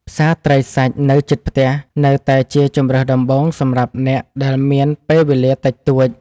ផ្សារត្រីសាច់នៅជិតផ្ទះនៅតែជាជម្រើសដំបូងសម្រាប់អ្នកដែលមានពេលវេលាតិចតួច។